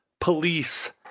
police